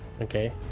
Okay